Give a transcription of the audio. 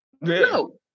No